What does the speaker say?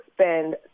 spend